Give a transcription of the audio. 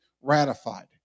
ratified